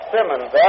Simmons